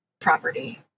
property